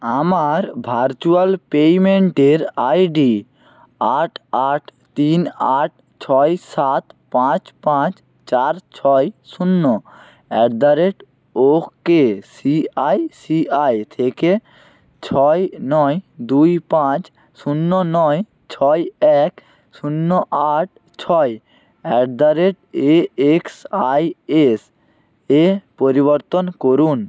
আমার ভার্চুয়াল পেমেন্টের আইডি আট আট তিন আট ছয় সাত পাঁচ পাঁচ চার ছয় শূন্য অ্যাট দ্য রেট ওকেআইসিআইসিআই থেকে ছয় নয় দুই পাঁচ শূন্য নয় ছয় এক শূন্য আট ছয় অ্যাট দ্য রেট এএক্সাআইএস এ পরিবর্তন করুন